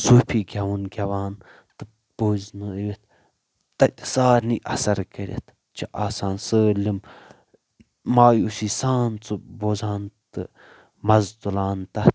صوٗفی گٮ۪وُن گٮ۪وان تہٕ بوزنٲوِتھ تتہِ سارنٕے اثر کٔرتھ چھِ آسان سٲلم مایوٗسی سان سُہ بوزان تہٕ مزٕ تُلان تتھ